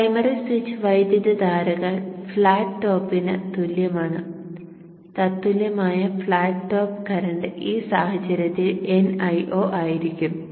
primary switch വൈദ്യുതധാരകൾ flat ടോപ്പിനു തുല്യമാണ് തത്തുല്യമായ ഫ്ലാറ്റ് ടോപ്പ് കറന്റ് ഈ സാഹചര്യത്തിൽ n Io ആയിരിക്കും